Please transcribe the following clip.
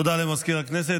תודה למזכיר הכנסת.